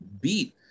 beat